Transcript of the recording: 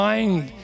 Mind